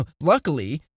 luckily